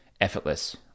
effortless